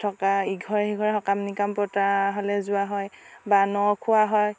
থকা ইঘৰে সিঘৰে সকাম নিকাম পতা হ'লে যোৱা হয় বা ন খোৱা হয়